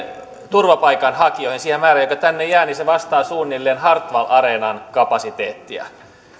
turvapaikanhakijoihin siihen määrään joka tänne jää niin se vastaa suunnilleen hartwall areenan kapasiteettia